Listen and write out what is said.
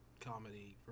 comedy